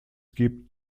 gibt